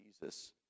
Jesus